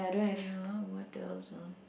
ya what else ah